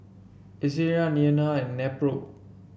Eucerin Tena and Nepro